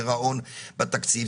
גירעון בתקציב,